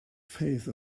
phase